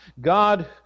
God